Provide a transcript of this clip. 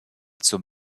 zum